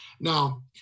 Now